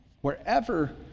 wherever